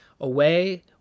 away